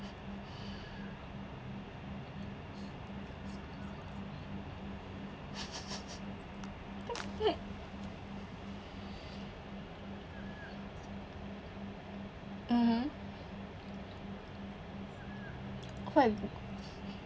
mmhmm why